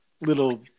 little